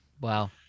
Wow